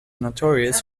notorious